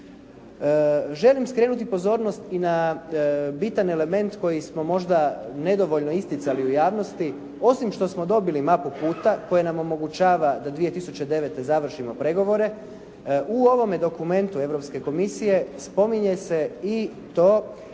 Želim skrenuti pozornost i na bitan element koji smo možda nedovoljno isticali u javnosti. Osim što smo dobili mapu puta koja nam omogućava da 2009. završimo pregovore, u ovome dokumentu Europske komisije spominje se i to